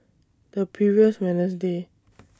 The previous Wednesday